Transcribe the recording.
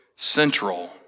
Central